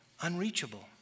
unreachable